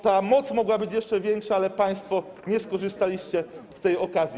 Ta moc mogła być jeszcze większa, ale państwo nie skorzystaliście z tej okazji.